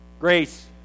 grace